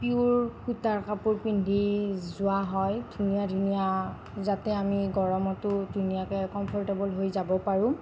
pure সূতাৰ কাপোৰ পিন্ধি যোৱা হয় ধুনীয়া ধুনীয়া যাতে আমি গৰমতো ধুনীয়াকৈ কম্ফৰ্টেবল হৈ যাব পাৰোঁ